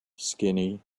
skinny